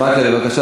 בבקשה.